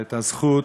את הזכות,